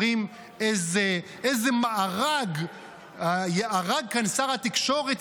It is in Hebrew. אומרים: איזה מארג ארג כאן שר התקשורת,